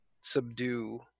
subdue